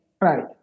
Right